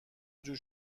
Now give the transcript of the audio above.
جور